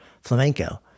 flamenco